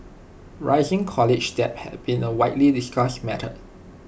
rising college debt had been A widely discussed matter